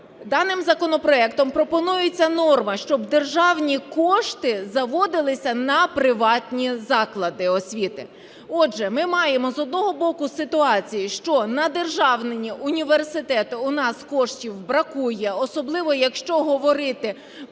Даним законопроект пропонується норма, щоб державні кошти заводилися на приватні заклади освіти. Отже, ми маємо, з одного боку, ситуацію, що на державні університети у нас коштів бракує, особливо якщо говорити про